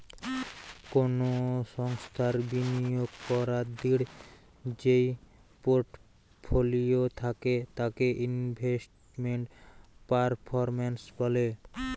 কোনো সংস্থার বিনিয়োগ করাদূঢ় যেই পোর্টফোলিও থাকে তাকে ইনভেস্টমেন্ট পারফরম্যান্স বলে